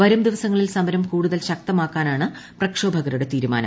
വരും ദിവസങ്ങളിൽ സമരം കൂടുതൽ ശക്തമാക്കാനാണ് പ്രക്ഷോഭകരുടെ തീരുമാനം